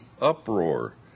uproar